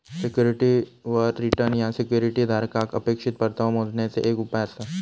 सिक्युरिटीवर रिटर्न ह्या सिक्युरिटी धारकाक अपेक्षित परतावो मोजण्याचे एक उपाय आसा